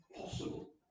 possible